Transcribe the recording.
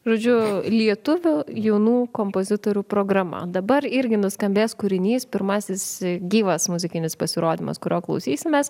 žodžiu lietuvių jaunų kompozitorių programa dabar irgi nuskambės kūrinys pirmasis gyvas muzikinis pasirodymas kurio klausysimės